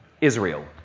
Israel